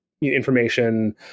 information